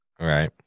right